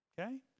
Okay